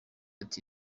ati